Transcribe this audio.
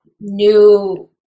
new